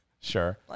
Sure